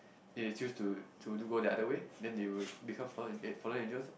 they choose to to do go the another way then they would become fallen eh fallen angels lor